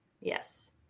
Yes